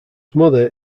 mother